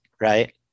right